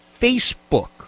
Facebook